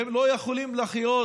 והם לא יכולים לחיות